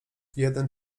jeden